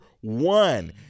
one